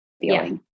feeling